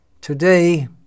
Today